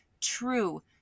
true